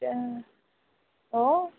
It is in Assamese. এতিয়া অঁ